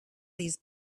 these